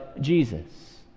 jesus